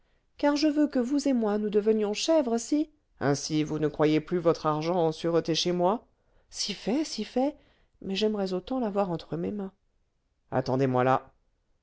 car je veux que vous et moi nous devenions chèvres si ainsi vous ne croyez plus votre argent en sûreté chez moi si fait si fait mais j'aimerais autant l'avoir entre mes mains attendez-moi là